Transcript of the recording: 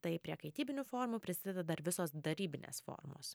tai prie kaitybinių formų prisideda dar visos darybinės formos